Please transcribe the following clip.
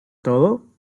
todo